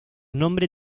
nombre